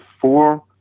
four